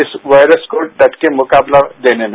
इस वायरस को डट का मुकाबला देने में